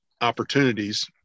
opportunities